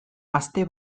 aste